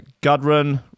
Gudrun